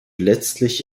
letztlich